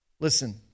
Listen